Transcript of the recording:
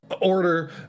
Order